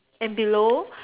and below